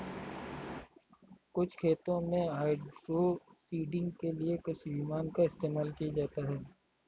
कुछ खेतों में हाइड्रोसीडिंग के लिए कृषि विमान का इस्तेमाल किया जाता है